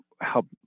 help